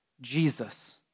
Jesus